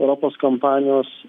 europos kompanijos